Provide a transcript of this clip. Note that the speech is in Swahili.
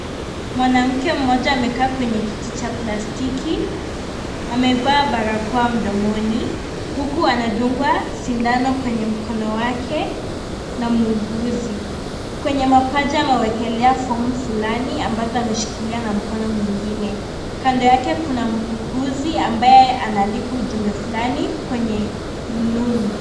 Mwanamke mmoja amekaa kwenye kiti cha plastiki. Amevaa barakoa mdomoni huku anadungwa sindano kwenye mkono wake na muuguzi. Kwenye mapaja yake amewekelea fomu fulani ambazo ameshikilia na mkono mwingine. Kando yake kuna muuguzi ambaye anaandika ujumbe fulani kwenye rununu.